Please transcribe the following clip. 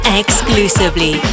exclusively